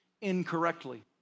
incorrectly